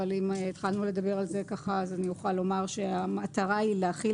אבל אם התחלנו לדבר על זה אוכל לומר שהמטרה היא להחיל